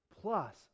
Plus